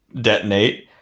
detonate